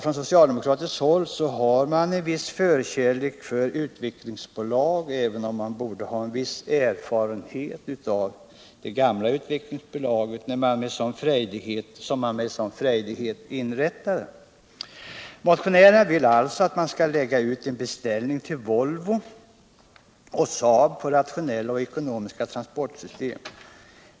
Från socialdemokratiskt håll har man en viss förkärlek för utvecklingsbolag, även om man borde ha en viss erfarenhet av det gamla utvecklingsbolaget, som man med en sådan frejdighet inrättade. Motionärerna vill alltså att man skall lägga ut en beställning till Volvo och Saab på rationella och ekonomiska transportsystem.